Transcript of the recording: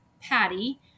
patty